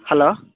hello